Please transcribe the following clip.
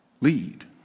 lead